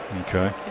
Okay